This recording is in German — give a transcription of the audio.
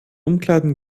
umkleiden